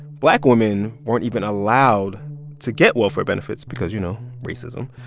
black women weren't even allowed to get welfare benefits because, you know, racism.